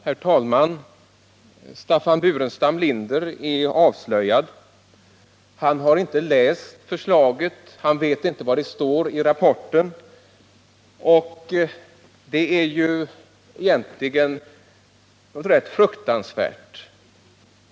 Herr talman! Staffan Burenstam Linder är avslöjad — han har inte läst förslaget, han vet inte vad det står i rapporten. Och det är egentligen ganska fruktansvärt.